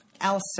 Elsa